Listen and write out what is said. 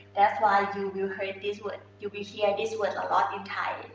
that's why you will heard this word. you will hear this word a lot in thai.